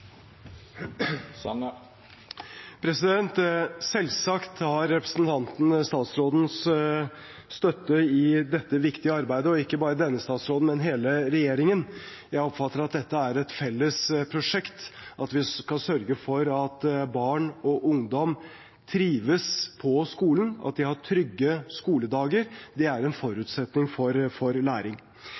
viktige arbeidet – ikke bare denne statsrådens, men hele regjeringens. Jeg oppfatter at det er et felles prosjekt at vi skal sørge for at barn og ungdom trives på skolen, og at de har trygge skoledager. Det er en forutsetning for læring.